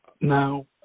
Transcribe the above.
Now